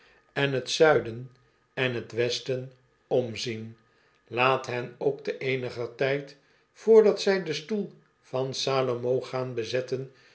en t zuiden en t westen omzien laat hen ook te eeniger tijd vrdat zij den stoel van salomo gaan bezetten